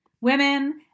Women